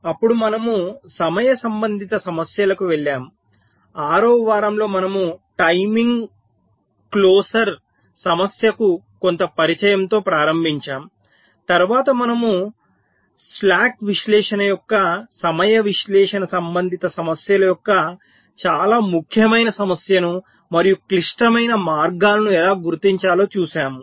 అప్పుడు మనము సమయ సంబంధిత సమస్యలకు వెళ్ళాము 6 వ వారంలో మనం టైమింగ్ క్లోసర్ సమస్యకు కొంత పరిచయంతో ప్రారంభించాము తర్వాత మనము స్లాక్ విశ్లేషణ యొక్క సమయ విశ్లేషణ సంబంధిత సమస్యల యొక్క చాలా ముఖ్యమైన సమస్యను మరియు క్లిష్టమైన మార్గాలను ఎలా గుర్తించాలో చూశాము